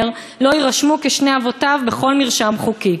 לא יירשמו כשני אבותיו בכל מרשם חוקי?